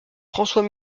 françois